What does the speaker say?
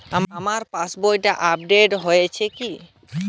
আমার পাশবইটা আপডেট হয়েছে কি?